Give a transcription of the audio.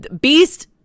Beast